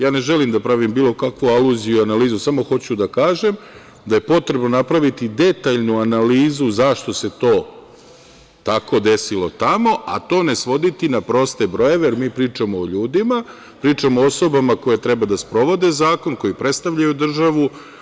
Ja ne želim da pravim bilo kakvu aluziju i analizu, samo hoću da kažem da je potrebno napraviti detaljnu analizu zašto se to tako desilo tamo, a to ne svoditi na proste brojeve, jer mi pričamo o ljudima, pričamo o osobama koje treba da sprovode zakon, koji predstavljaju državu.